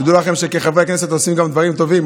תדעו לכם שחברי הכנסת עושים גם דברים טובים,